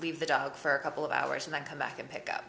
leave the dog for a couple of hours and then come back and pick